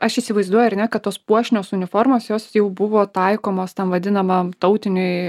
aš įsivaizduoju ar ne kad tos puošnios uniformos jos jau buvo taikomos tam vadinamam tautiniui